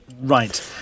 Right